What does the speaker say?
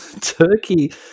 turkey